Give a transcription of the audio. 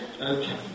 Okay